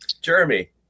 Jeremy